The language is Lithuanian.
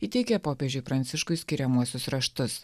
įteikė popiežiui pranciškui skiriamuosius raštus